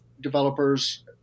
developers